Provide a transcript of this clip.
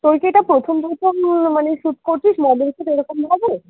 তুই কি এটা প্রথম প্রথম মানে শ্যুট করছিস মডেলস এরকম হবে